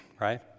right